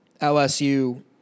LSU